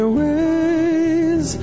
ways